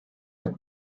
the